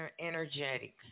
energetic